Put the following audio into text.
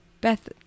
Beth